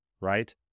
right